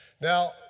Now